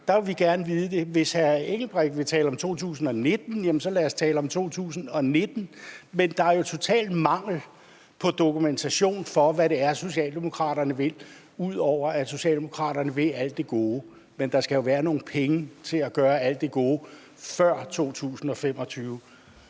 Det vil vi gerne vide. Hvis hr. Benny Engelbrecht vil tale om 2019, jamen så lad os tale om 2019. Men der er jo en total mangel på dokumentation for, hvad det er, socialdemokraterne vil, ud over at socialdemokraterne vil alt det gode, men der skal være nogle penge til at gøre alt det gode med før 2025.